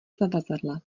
zavazadla